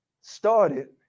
started